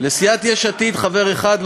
לסיעת יש עתיד חבר אחד,